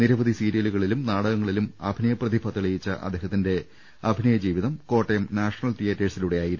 നിര വധി സീരിയലുകളിലും നാടകങ്ങളിലും അഭിനയപ്രതിഭ തെളിയിച്ച അദ്ദേഹത്തിന്റെ അഭിനയജീവിതം കോട്ടയം നാഷണൽ തീയ്യറ്റേഴ്സിലൂ ടെയായിരുന്നു